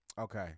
Okay